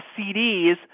CDs